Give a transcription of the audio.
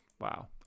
Wow